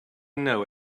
know